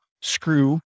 screw